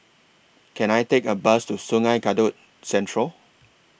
Can I Take A Bus to Sungei Kadut Central